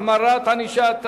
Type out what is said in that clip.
החמרת ענישה),